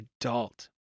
adult